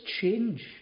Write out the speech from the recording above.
change